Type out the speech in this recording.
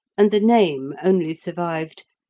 and the name only survived,